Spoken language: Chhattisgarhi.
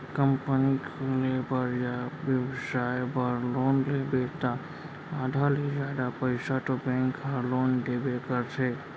कंपनी खोले बर या बेपसाय बर लोन लेबे त आधा ले जादा पइसा तो बेंक ह लोन देबे करथे